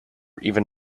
even